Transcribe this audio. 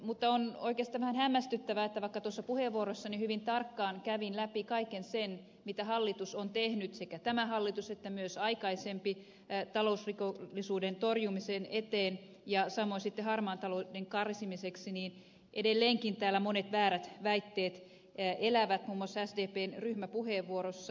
mutta on oikeastaan vähän hämmästyttävää että vaikka tuossa puheenvuorossani hyvin tarkkaan kävin läpi kaiken sen mitä hallitus on tehnyt sekä tämä hallitus että myös aikaisempi talousrikollisuuden torjumisen eteen ja samoin sitten harmaan talouden karsimiseksi niin edelleenkin täällä monet väärät väitteet elävät muun muassa sdpn ryhmäpuheenvuorossa